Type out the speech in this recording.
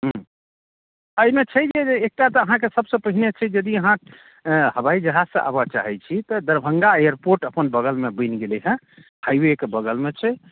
एहिमे छै जे एकटा तऽ अहाँकेँ सबसे पहिने छै यदि अहाँ हवाइ जहाज से आबऽ चाहैत छी तऽ दरभङ्गा एयरपोर्ट अपन बगलमे बनि गेलै हँ हाइ वेके बगलमे छै